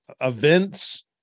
events